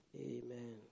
Amen